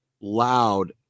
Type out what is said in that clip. loud